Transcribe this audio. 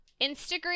Instagram